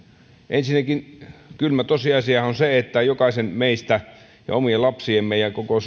ensinnäkin kylmä tosiasia on se että jokaisen meidän ja omien lapsiemme ja koko